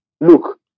Look